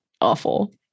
awful